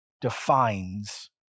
defines